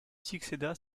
succéda